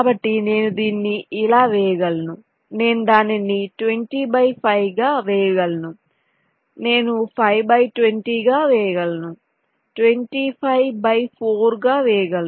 కాబట్టి నేను దీన్ని ఇలా వేయగలను నేను దానిని 20 బై 5 గా వేయగలను నేను 5 బై 20 గా వేయగలను 25 బై 4 గా వేయగలను